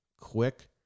quick